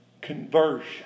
conversion